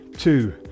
Two